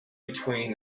between